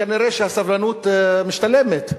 כנראה הסבלנות משתלמת,